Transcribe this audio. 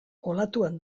olatuan